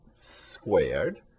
squared